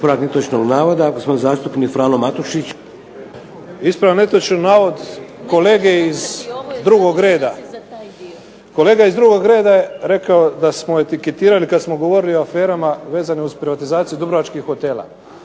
Ispravljam netočan navod kolege iz drugog reda. Kolega iz drugog reda je rekao da smo etiketirali, kad smo govorili o aferama vezane uz privatizaciju dubrovačkih hotela,